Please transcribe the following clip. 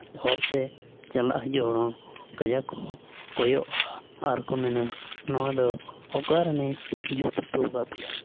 ᱦᱚᱨᱛᱮ ᱪᱟᱞᱟᱜ ᱦᱤᱡᱩᱜ ᱦᱚᱲ ᱦᱚᱸ ᱠᱟᱡᱟᱠ ᱠᱚ ᱠᱚᱭᱚᱜᱟ ᱟᱨ ᱠᱚ ᱢᱮᱱᱟ ᱱᱚᱣᱟᱫᱚ ᱚᱠᱟ ᱨᱮᱱᱮ ᱡᱩᱛ ᱦᱚᱴᱚ ᱟᱠᱟᱫ ᱯᱮᱭᱟ